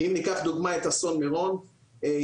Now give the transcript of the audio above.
אם ניקח דוגמא את אסון מירון ידעו